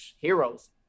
heroes